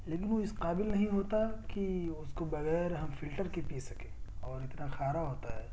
لیکن وہ اس قابل نہیں ہوتا کہ اس کو بغیر ہم فلٹر کے پی سکیں اور اتنا کھارا ہوتا ہے